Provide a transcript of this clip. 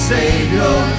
Savior